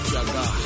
Jaga